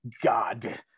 God